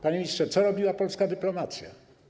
Panie ministrze, co robiła polska dyplomacja?